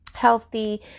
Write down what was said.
Healthy